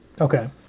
okay